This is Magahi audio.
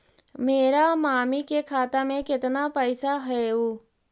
मेरा मामी के खाता में कितना पैसा हेउ?